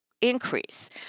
increase